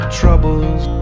troubles